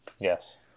Yes